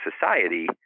society